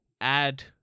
add